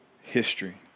history